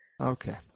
Okay